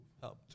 helped